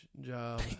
job